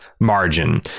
margin